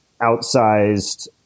outsized